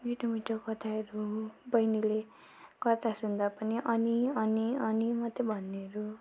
मिठो मिठो कथाहरू बहिनीले कथा सुन्दा पनि अनि अनि अनि मात्रै भन्नेहरू